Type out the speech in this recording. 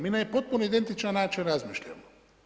Mi na potpuno identični način razmišljamo.